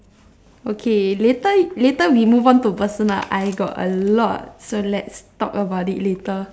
okay later later we move on to personal I got a lot so let's talk about it later